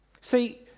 See